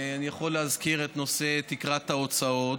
אני יכול להזכיר את נושא תקרת ההוצאות,